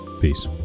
peace